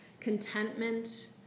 contentment